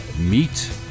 Meat